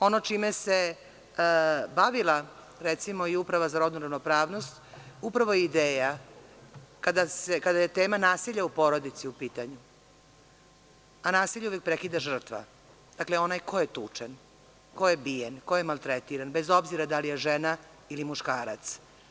Ono čime se bavila, recimo, i Uprava za rodnu ravnopravnost upravo je ideja kada je tema nasilje u porodici u pitanju, a nasilje uvek prekida žrtva, dakle, onaj ko je tučen, ko je bijen, koje maltretiran, bez obzira da li je žena ili muškarac.